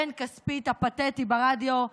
בן כספית הפתטי ברדיו,